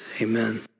Amen